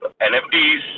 NFTs